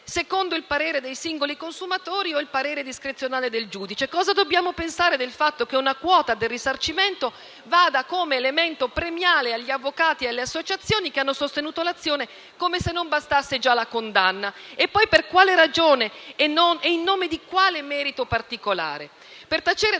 secondo il parere dei singoli consumatori o il parere discrezionale del giudice? Cosa dobbiamo pensare del fatto che una quota del risarcimento vada come elemento premiale agli avvocati e alle associazioni che hanno sostenuto l'azione, come se non bastasse già la condanna? E poi per quale ragione e in nome di quale merito particolari?